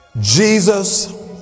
Jesus